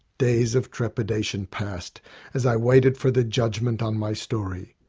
days of trepidation passed as i waited for the judgement on my story.